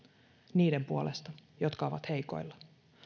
niiden puolesta jotka ovat heikoilla